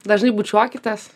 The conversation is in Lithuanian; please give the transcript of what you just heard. dažnai bučiuokitės